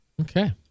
Okay